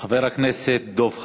חבר הכנסת דב חנין.